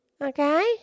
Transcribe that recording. Okay